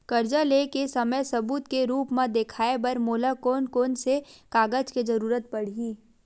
कर्जा ले के समय सबूत के रूप मा देखाय बर मोला कोन कोन से कागज के जरुरत पड़ही?